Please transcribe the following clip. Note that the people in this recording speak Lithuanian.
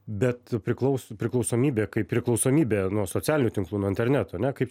bet priklauso priklausomybė kaip priklausomybė nuo socialinių tinklų nuo interneto ane kaip